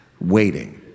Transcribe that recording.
waiting